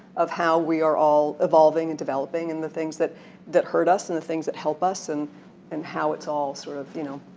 of how we are all evolving and developing and the things that that hurt us and the things that help us and and how it's all sort of, you know,